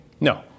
No